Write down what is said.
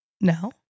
No